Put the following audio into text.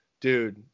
dude